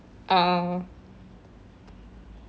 uh